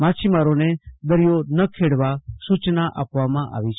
માછીમારો દરિયો ન ખેડવા સુચના આપવામાં આવી છે